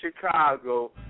Chicago